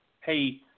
hey